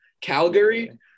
Calgary